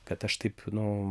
kad aš taip nu